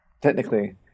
Technically